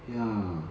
ya